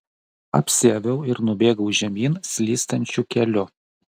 apsiaviau ir nubėgau žemyn slystančiu keliu